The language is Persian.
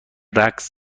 رقص